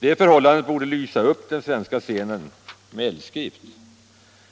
Det förhållandet borde lysa i eldskrift över den svenska scenen,